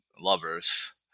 lovers